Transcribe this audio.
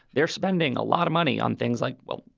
they're spending a lot of money on things like, well,